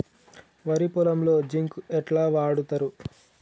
వరి పొలంలో జింక్ ఎట్లా వాడుతరు?